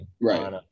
Right